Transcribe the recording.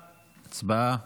הצבעה.